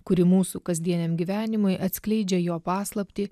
kuri mūsų kasdieniam gyvenimui atskleidžia jo paslaptį